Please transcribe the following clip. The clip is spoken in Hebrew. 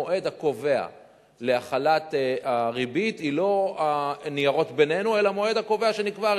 המועד הקובע להחלת הריבית הוא לא הניירות בינינו אלא המועד הקובע שנקבע,